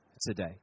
today